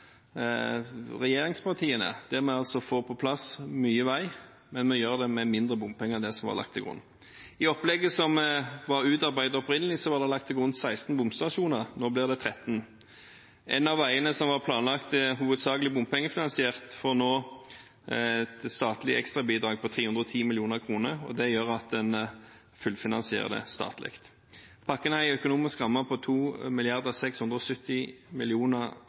regjeringspartiene, der vi får på plass mye vei, men vi gjør det med mindre bompenger enn det som var lagt til grunn. I opplegget som var utarbeidet opprinnelig, var det lagt til grunn 16 bomstasjoner. Nå blir det 13. Én av veiene som hovedsakelig var planlagt bompengefinansiert, får nå et statlig ekstrabidrag på 310 mill. kr, og det gjør at en fullfinansierer det statlig. Pakken har en økonomisk ramme på 2 670